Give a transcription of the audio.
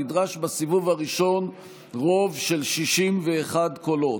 נדרש בסיבוב הראשון רוב של 61 קולות.